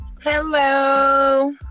hello